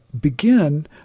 Begin